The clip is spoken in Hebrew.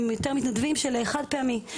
אלה יותר מתנדבים חד-פעמיים.